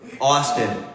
Austin